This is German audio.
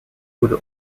wurde